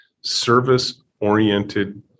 service-oriented